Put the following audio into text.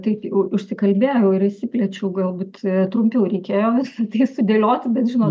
taip užsikalbėjau ir išsiplėčiau galbūt trumpiau reikėjo visa tai sudėlioti bet žinot